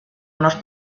unos